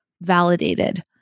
validated